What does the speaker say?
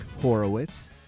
Horowitz